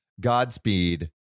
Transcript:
Godspeed